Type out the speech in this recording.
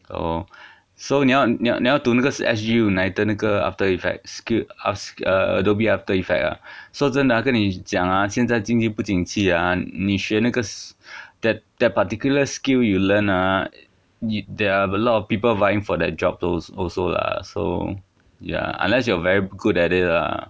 oh so 你要你你要读那个是 S_G united 那个 after effects skill~ uh adobe after effect ah 说真的啊跟你讲啊现在经济不景气啊你学那个 s~ that that particular skill you learn ah you there are a lot of people dying for that job those also lah so ya unless you are very good at it lah